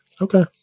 Okay